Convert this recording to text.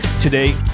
today